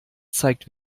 zeigt